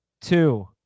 Two